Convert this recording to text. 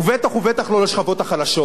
ובטח ובטח לא לשכבות החלשות.